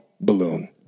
balloon